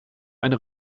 einer